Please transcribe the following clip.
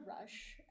rush